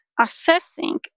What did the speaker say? assessing